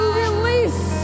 release